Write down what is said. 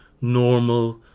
normal